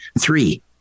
three